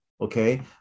Okay